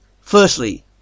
Firstly